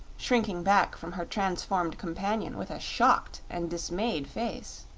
shrinking back from her transformed companion with a shocked and dismayed face.